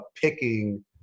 picking